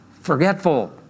forgetful